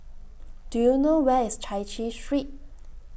Do YOU know Where IS Chai Chee Street